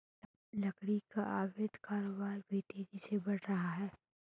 लकड़ी का अवैध कारोबार भी तेजी से बढ़ रहा है